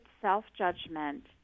self-judgment